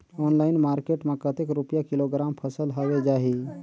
Online market मां कतेक रुपिया किलोग्राम फसल हवे जाही?